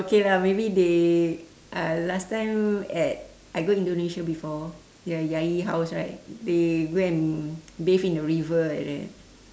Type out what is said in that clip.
K lah maybe they uh last time at I go indonesia before y~ yayi house right they go and bathe in the river like that